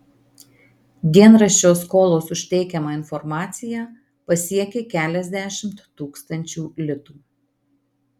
dienraščio skolos už teikiamą informaciją pasiekė keliasdešimt tūkstančių litų